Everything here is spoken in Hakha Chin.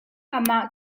amah